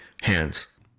hands